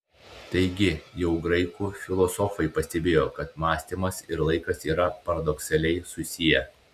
taigi jau graikų filosofai pastebėjo kad mąstymas ir laikas yra paradoksaliai susiję